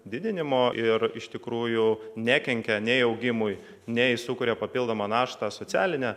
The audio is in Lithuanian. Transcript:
didinimo ir iš tikrųjų nekenkia nei augimui nei sukuria papildomą naštą socialinę